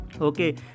okay